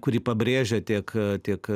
kurį pabrėžia tiek tiek